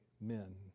men